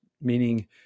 meaning